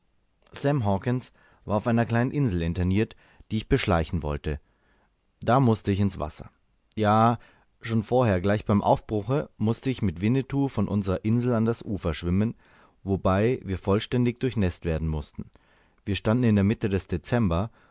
sam hawkens war auf einer kleinen insel interniert die ich beschleichen wollte da mußte ich in das wasser ja schon vorher gleich beim aufbruche mußte ich mit winnetou von unserer insel an das ufer schwimmen wobei wir vollständig durchnäßt werden mußten wir standen in der mitte des dezember